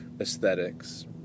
aesthetics